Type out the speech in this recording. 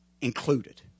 included